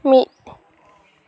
ᱢᱤᱫ